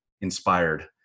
inspired